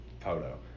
photo